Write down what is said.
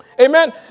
Amen